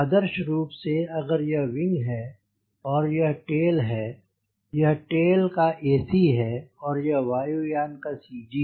आदर्श रूप से अगर यह विंग है और यह टेल है यह टेल का एसी ac है और यह वायु यान का सी जी